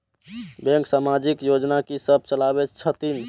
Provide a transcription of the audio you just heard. Bank समाजिक योजना की सब चलावै छथिन?